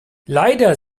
leider